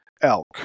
elk